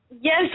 Yes